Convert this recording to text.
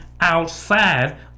outside